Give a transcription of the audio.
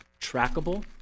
trackable